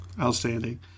outstanding